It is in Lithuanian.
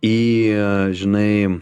į žinai